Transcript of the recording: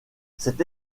cette